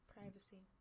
Privacy